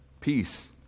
peace